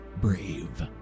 brave